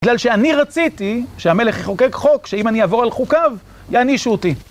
בגלל שאני רציתי שהמלך יחוקק חוק, שאם אני אעבור על חוקיו, יענישו אותי.